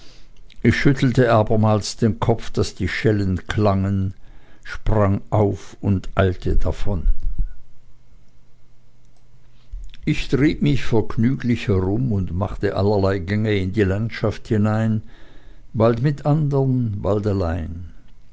ich schüttelte abermals den kopf daß die schellen klangen sprang auf und eilte davon ich trieb mich vergnüglich herum und machte allerlei gänge in die landschaft hinein bald mit anderen bald